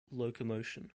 locomotion